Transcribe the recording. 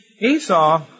Esau